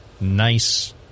nice